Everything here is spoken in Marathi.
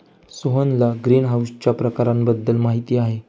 सोहनला ग्रीनहाऊसच्या प्रकारांबद्दल माहिती आहे